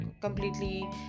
completely